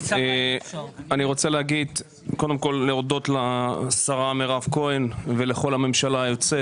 אני רוצה קודם כול להודות לשרה מירב כהן ולכל הממשלה היוצאת